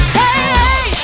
hey